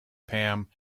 pam